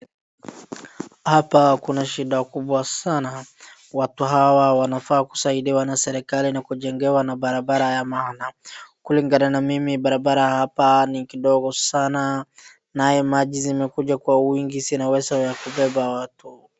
Hapa kuna shida kubwa sana, watu hawa wanafaa kusaidiwa na serikali na kujengewa barabara ya maana kulingana na mimi barabara hapa ni kidogo sana naye maji zimekuja kwa wingi zina uwezo wa kubeba watu.